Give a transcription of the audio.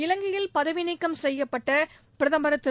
இலங்கையில் பதவிநீக்கம் செய்யப்பட்ட பிரதமர் திரு